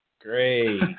Great